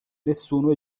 nessuno